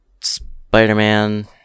Spider-Man